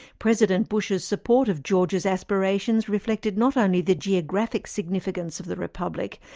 president bush's support of georgia's aspirations reflected not only the geographic significance of the republic,